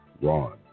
Ron